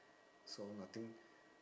so nothing